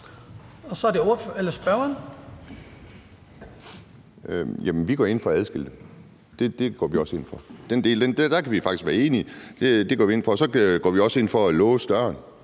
Andersen (NB): Jamen vi går ind for at adskille dem. Det går vi også ind for. Om den del kan vi faktisk være enige; det går vi ind for. Og så går vi også ind for at låse døren,